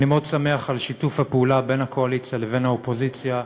אני מאוד שמח על שיתוף הפעולה בין הקואליציה לבין האופוזיציה.